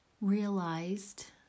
realized